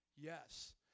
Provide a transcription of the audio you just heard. Yes